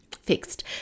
fixed